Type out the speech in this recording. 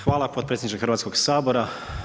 Hvala potpredsjedniče Hrvatskog sabora.